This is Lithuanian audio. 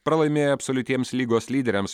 pralaimėjo absoliutiems lygos lyderiams